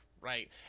right